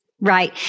Right